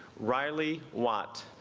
riley watt